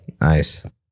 nice